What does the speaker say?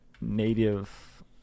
Native